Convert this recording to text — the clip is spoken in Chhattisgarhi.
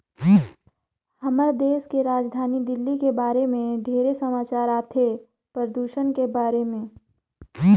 हमर देश के राजधानी दिल्ली के बारे मे ढेरे समाचार आथे, परदूषन के बारे में